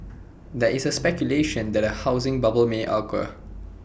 there is speculation that A housing bubble may occur